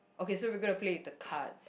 okay so we're gonna play with the cards